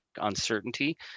uncertainty